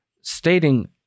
stating